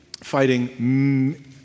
fighting